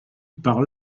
par